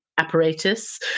apparatus